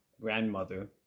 grandmother